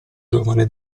giovane